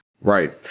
Right